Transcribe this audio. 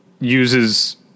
uses